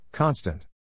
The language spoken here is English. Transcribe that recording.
Constant